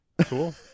Cool